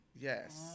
yes